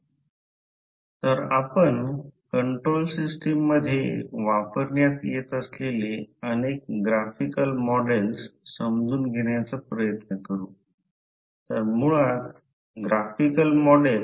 आणि पुढील गोष्टी सोप्प्या असतील विशेषत मॅग्नेटिक सर्किट कपलींगमध्ये म्हणून मुच्युअल कपलींग